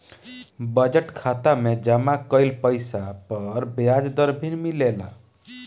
budget खाता में जमा कइल पइसा पर ब्याज दर भी मिलेला